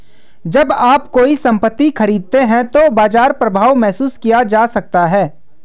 जब आप कोई संपत्ति खरीदते हैं तो बाजार प्रभाव महसूस किया जा सकता है